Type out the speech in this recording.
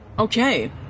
Okay